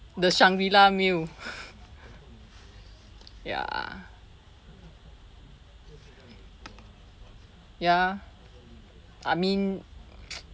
the shangri la meal ya ya I mean